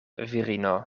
virino